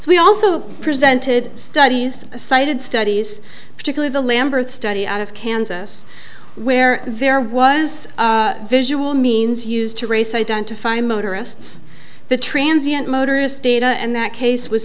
so we also presented studies cited studies particularly the lambert study out of kansas where there was visual means used to race identify motorists the transients motorists data and that case was